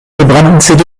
gebrannten